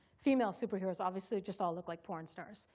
female superheroes obviously just all look like porn stars,